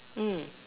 mm